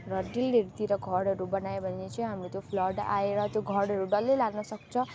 र डिलहरू तिर घरहरू बनायो भने चाहिँ हामी त्यो फ्लड आएर त्यो घरहरू डल्लै लान सक्छ